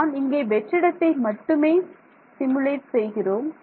நான் இங்கே வெற்றிடத்தை மட்டும் சிமுலேட் செய்கிறோம்